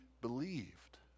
believed